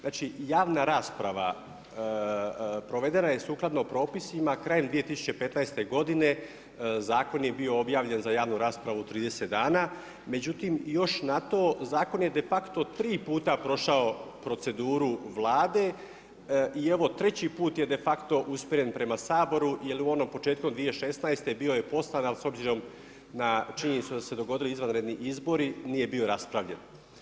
Znači javna rasprava provedena je sukladno propisima krajem 2015. godine, zakon je bio objavljen za javnu raspravu 30 dana, međutim još na to, zakon je de facto tri puta prošao proceduru Vlade i evo treći put je de facto usmjeren prema Saboru, jer i onom početku 2016. bio je postaran, ali s obzirom na činjenicu da su se dogodili izvanredni izbori nije bio raspravljen.